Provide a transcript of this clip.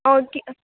অ কি